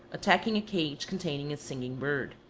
attacking a cage containing a singing bird.